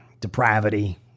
depravity